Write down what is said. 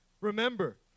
Remember